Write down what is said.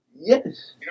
Yes